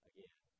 Again